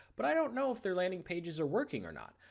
but i don't know if their landing pages are working or not.